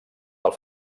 del